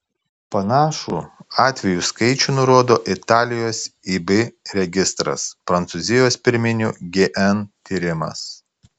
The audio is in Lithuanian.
panašų atvejų skaičių nurodo italijos ib registras prancūzijos pirminių gn tyrimas